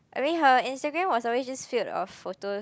I mean her Instagram was always just filled of photos